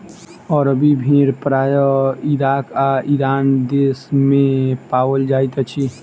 अरबी भेड़ प्रायः इराक आ ईरान देस मे पाओल जाइत अछि